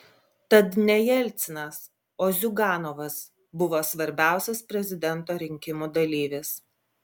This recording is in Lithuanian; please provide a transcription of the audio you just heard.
tad ne jelcinas o ziuganovas buvo svarbiausias prezidento rinkimų dalyvis